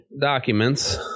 documents